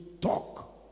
talk